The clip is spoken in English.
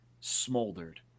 smoldered